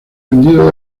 vendido